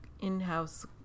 in-house